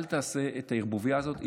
אל תעשה את הערבוביה הזאת.